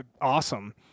awesome